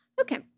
Okay